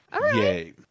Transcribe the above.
Yay